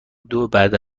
بعد